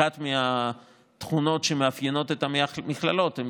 אחת מהתכונות שמאפיינות את המכללות היא שהן